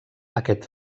aquest